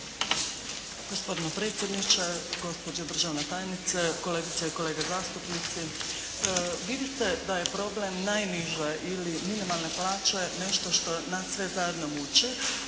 Gospodine predsjedniče, gospođo državna tajnice, kolegice i kolege zastupnici. Vidite da je problem najniže ili minimalne plaće nešto što nas sve zajedno muči,